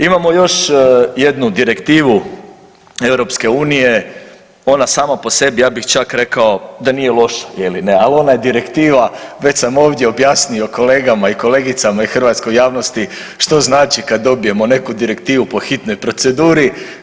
Imamo još jednu direktivu EU ona sama po sebi ja bih čak rekao da nije loša je li ne, ali ona je direktiva, već sam ovdje objasnio kolegama i kolegicama i hrvatskoj javnosti što znači kad dobijemo neku direktivu po hitnoj proceduri.